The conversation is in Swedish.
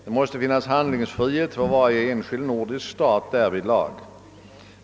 Det måste finnas handlingsfrihet för varje enskild nordisk stat därvidlag.